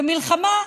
"'במלחמה,